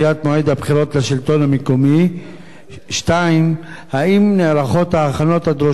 2. האם נערכות ההכנות הדרושות אם לא יהיה שינוי בתאריך הבחירות?